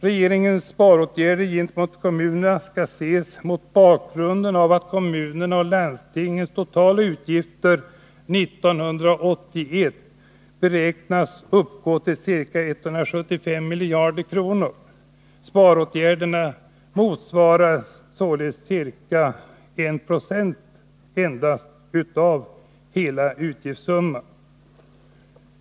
Regeringens sparåtgärder gentemot kommunerna skall ses mot bakgrund av att kommunernas och landstingens totala utgifter 1981 beräknas uppgå till ca 175 miljarder kronor. Sparåtgärderna motsvarar således endast ca 1 96 av kommunernas och landstingens hela utgiftssumma.